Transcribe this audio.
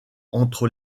entre